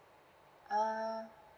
err